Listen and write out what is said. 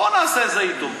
בוא נעשה איזה עיתון,